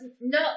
No